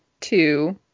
two